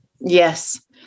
Yes